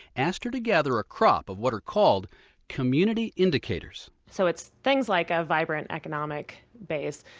asked her to gather a crop of what are called community indicators. so it's things like a vibrant economic base,